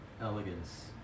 elegance